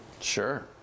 Sure